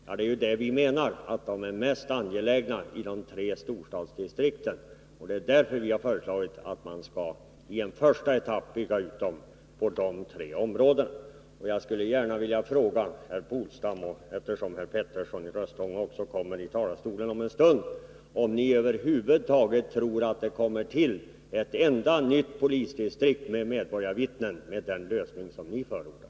Ja, det är ju det vi menar, att de är mest angelägna i de tre storstadsdistrikten. Det är därför vi har föreslagit att man i en första etapp skall bygga upp verksamheten i dessa tre områden. Jag skulle gärna vilja fråga herr Polstam och även herr Petersson i Röstånga, som kommer upp i talarstolen om en stund, om ni över huvud taget tror att det kommer till medborgarvittnen i ett enda polisdistrikt, med den lösning som ni förordar.